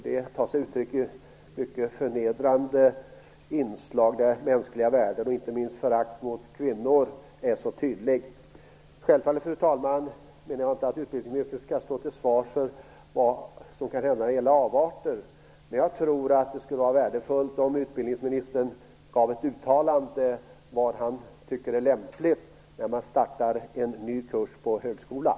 De tar sig uttryck i mycket förnedrande inslag där förakt mot mänskliga värden och inte minst mot kvinnor är mycket tydligt. Självfallet, fru talman, menar jag inte att utbildningsministern skall stå till svars för vad som kan hända när det gäller avarter. Men jag tror att det vore värdefullt om utbildningsministern uttalade vad han tycker är lämpligt att göra när en ny kurs startar på högskolan.